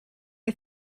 wyt